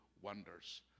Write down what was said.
wonders